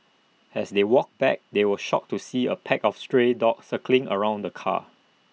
as they walked back they were shocked to see A pack of stray dogs circling around the car